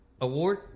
award